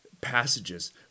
passages